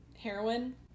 Heroin